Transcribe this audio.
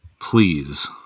please